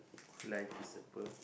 like piece of fur